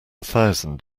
thousand